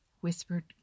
whispered